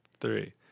three